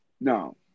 No